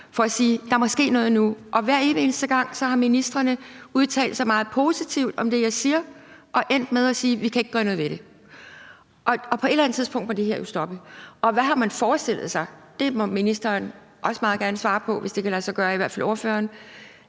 at der nu må ske noget. Hver evig eneste gang har ministrene udtalt sig meget positivt om det, jeg har sagt, og er endt med at sige, at de ikke kan gøre noget ved det, og på et eller andet tidspunkt må det her jo stoppe. Hvad har man forestillet sig at kommunerne skal gøre? Det må ministeren også meget gerne svare på, hvis det kan lade sig gøre, eller i hvert fald ordføreren.